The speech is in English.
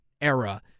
era